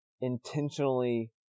intentionally